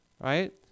Right